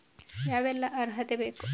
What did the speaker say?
ಯಾವೆಲ್ಲ ಅರ್ಹತೆ ಬೇಕು?